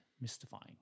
mystifying